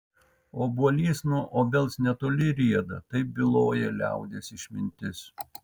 obuolys nuo obels netoli rieda taip byloja liaudies išmintis